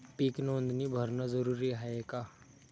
पीक नोंदनी भरनं जरूरी हाये का?